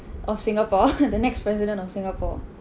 of Singapore the next president of Singapore